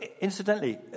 Incidentally